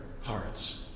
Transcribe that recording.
heart's